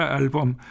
album